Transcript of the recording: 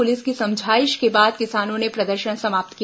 police की समझाईश के बाद किसानों ने प्रदर्शन समाप्त किया